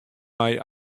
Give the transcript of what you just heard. mei